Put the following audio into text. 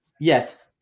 Yes